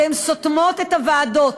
והן סותמות את הוועדות.